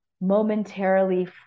momentarily